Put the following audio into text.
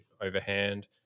overhand